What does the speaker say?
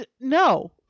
no